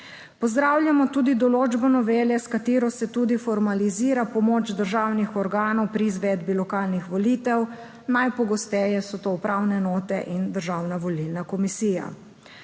Pozdravljamo tudi določbo novele, s katero se tudi formalizira pomoč državnih organov pri izvedbi lokalnih volitev, najpogosteje so to upravne enote in Državna volilna komisija.